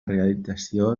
realització